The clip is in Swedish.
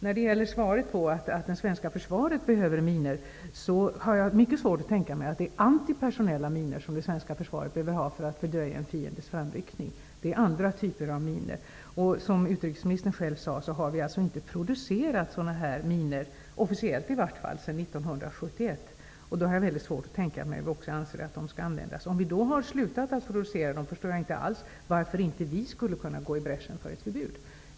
När det gäller svaret att det svenska försvaret behöver minor har jag mycket svårt att tänka mig att det är antipersonella minor som det svenska försvaret behöver för att fördröja en fiendes framryckning, utan att det är fråga om andra typer av minor. Som utrikesministern själv sade har sådana här minor inte producerats sedan 1971, i vart fall inte officiellt. Därför har jag svårt att tänka mig att de skall användas. Om man har slutat producera dem förstår jag inte alls varför vi inte skulle kunna gå i bräschen för ett förbud.